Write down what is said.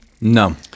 No